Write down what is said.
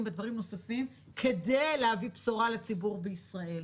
ודברים נוספים כדי להביא בשורה לציבור בישראל.